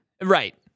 Right